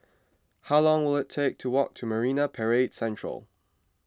how long will it take to walk to Marine Parade Central